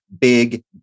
big